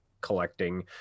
collecting